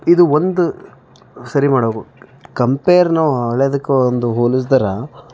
ಇದು ಒಂದು ಸರಿ ಮಾಡಾಕು ಕಂಪೇರ್ ನಾವು ಹಳೇದಕ್ಕೆ ಒಂದು ಹೊಲಸ್ದರ